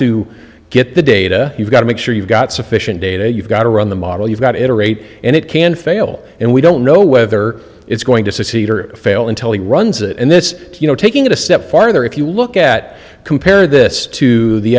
to get the data you've got to make sure you've got sufficient data you've got to run the model you've got it or eight and it can fail and we don't know whether it's going to succeed or fail in telling runs it and this you know taking it a step farther if you look at compare this to the